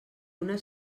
una